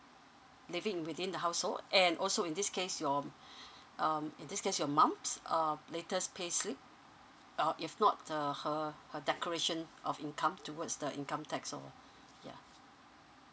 living within the household and also in this case your um in this case your mom's uh latest pay slip uh if not the her her declaration of income towards the income tax or yeah